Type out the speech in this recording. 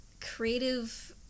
creative